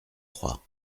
trois